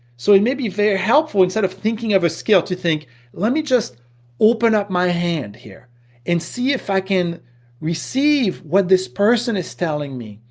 so it may be very helpful instead of to thinking of a skill to think let me just open up my hand here and see if i can receive what this person is telling me,